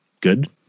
good